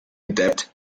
debt